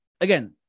again